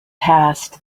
passed